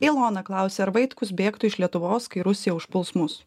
ilona klausia ar vaitkus bėgtų iš lietuvos kai rusija užpuls mus